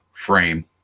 frame